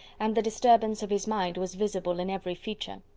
and the disturbance of his mind was visible in every feature.